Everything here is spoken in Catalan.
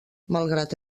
malgrat